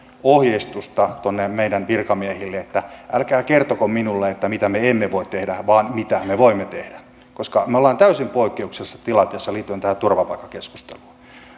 ohjeistusta tuonne meidän virkamiehille että älkää kertoko minulle mitä me emme voi tehdä vaan kertokaa mitä me voimme tehdä koska me olemme täysin poikkeuksellisessa tilanteessa liittyen tähän turvapaikkakeskusteluun